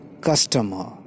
customer